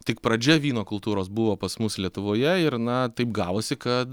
tik pradžia vyno kultūros buvo pas mus lietuvoje ir na taip gavosi kad